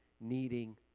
needing